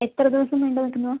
എത്ര ദിവസം നീണ്ടു നിൽക്കുന്നതാണ്